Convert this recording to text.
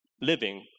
living